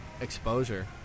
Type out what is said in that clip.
exposure